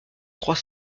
trois